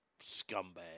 Scumbag